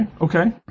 okay